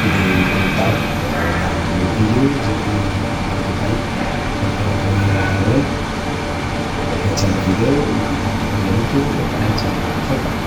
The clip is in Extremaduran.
De contau qu’es más cenzillu si tienis caldu paí, porque lo ponis a hervel, l’echas los fideus i en tres menutus está hecha la sopa.